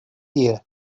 ear